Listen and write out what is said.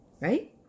Right